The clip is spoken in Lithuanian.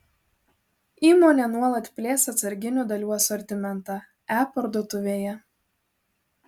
įmonė nuolat plės atsarginių dalių asortimentą e parduotuvėje